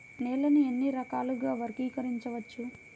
నేలని ఎన్ని రకాలుగా వర్గీకరించవచ్చు?